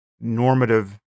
normative